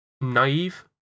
Naive